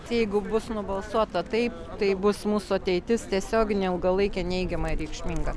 jeigu bus nubalsuota taip tai bus mūsų ateitis tiesioginė ilgalaikė neigiamai reikšminga